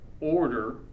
order